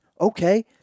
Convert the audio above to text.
Okay